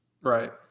right